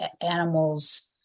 animals